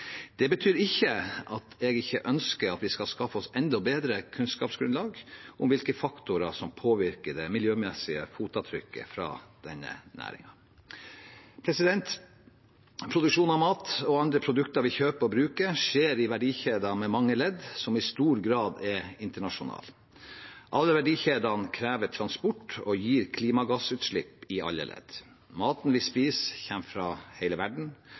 Det betyr ikke at jeg ikke ønsker at vi skal skaffe oss enda bedre kunnskapsgrunnlag om hvilke faktorer som påvirker det miljømessige fotavtrykket fra denne næringen. Produksjon av mat og andre produkter vi kjøper og bruker, skjer i verdikjeder med mange ledd som i stor grad er internasjonale. Alle verdikjedene krever transport og gir klimagassutslipp i alle ledd. Maten vi spiser, kommer fra hele verden.